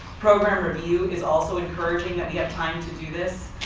program review is also encouraging that we have time to do this.